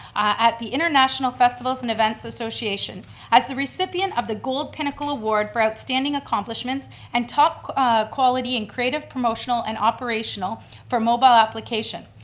at the international festivals and events association as the recipient of the gold pinnacle award for outstanding accomplishments and top quality and creative promotional and operational for mobile application,